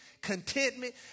contentment